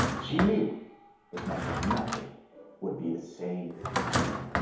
she knew it meant that nothing would be the same again.